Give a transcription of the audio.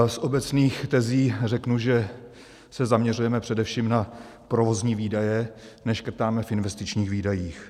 Z obecných tezí řeknu, že se zaměřujeme především na provozní výdaje, neškrtáme v investičních výdajích.